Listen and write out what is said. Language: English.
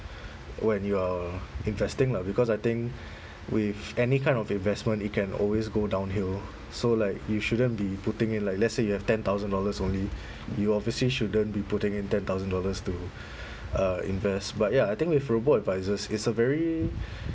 when you are investing lah because I think with any kind of investment it can always go downhill so like you shouldn't be putting in like let's say you have ten thousand dollars only you obviously shouldn't be putting in ten thousand dollars to uh invest but ya I think with robo advisors it's a very